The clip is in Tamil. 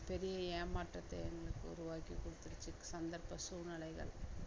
பெரிய ஏமாற்றத்தை எங்களுக்கு உருவாக்கி கொடுத்துருச்சி சந்தர்ப்ப சூழ்நிலைகள்